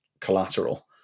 collateral